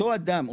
אותו אדם,